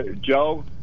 Joe